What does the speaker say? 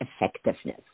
Effectiveness